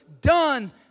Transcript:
done